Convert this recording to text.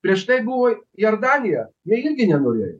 prieš tai buvo jordanija jie irgi nenorėjo